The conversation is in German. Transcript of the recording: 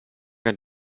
ein